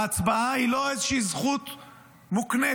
ההצבעה היא לא איזושהי זכות מוקנית.